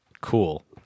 Cool